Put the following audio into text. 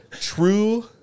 true